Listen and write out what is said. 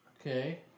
Okay